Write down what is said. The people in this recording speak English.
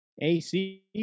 AC